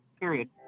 period